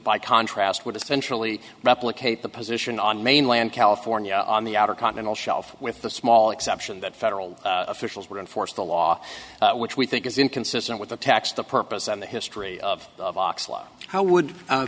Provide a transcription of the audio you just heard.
by contrast would essentially replicate the position on mainland california on the outer continental shelf with the small exception that federal officials would enforce the law which we think is inconsistent with the tax the purpose and the history of how would